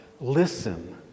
listen